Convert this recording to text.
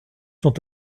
sont